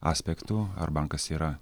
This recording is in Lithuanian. aspektu ar bankas yra